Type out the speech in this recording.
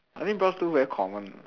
I mean bronze two very common